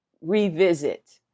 revisit